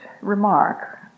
remark